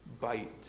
Bite